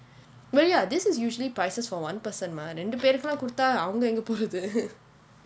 but ya this is usually prices for one person mah இரண்டு பேருக்கு எல்லாம் கொடுத்தா அவங்க எங்க போறது:irandu paerukku ellaam kodutthaa avanga enga porathu